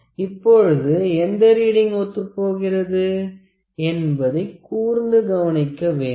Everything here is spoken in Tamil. இப்பொழுது எந்த ரீடிங் ஒத்துப்போகிறது என்பதை கூர்ந்து கவனிக்க வேண்டும்